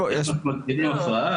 איך אנחנו מגדירים הפרעה?